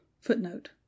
Footnote